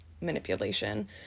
manipulation